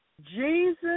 Jesus